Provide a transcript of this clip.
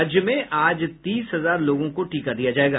राज्य में आज तीस हजार लोगों को टीका दिया जाएगा